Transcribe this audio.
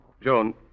Joan